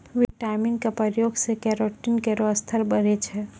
vitamin क प्रयोग सें केरोटीन केरो स्तर बढ़ै छै